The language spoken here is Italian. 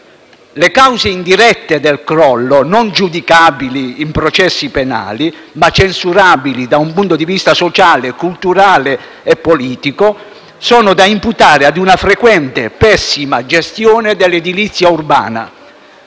Le cause indirette del crollo, non giudicabili in processi penali, ma censurabili da un punto di vista sociale, culturale e politico, sono da imputare ad una frequente pessima gestione dell'edilizia urbana.